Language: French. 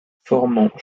formant